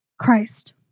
Christ